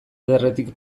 ederretik